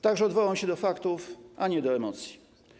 Tak że odwołam się do faktów, a nie do emocji.